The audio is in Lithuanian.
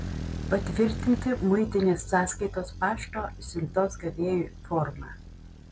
patvirtinti muitinės sąskaitos pašto siuntos gavėjui formą